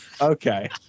Okay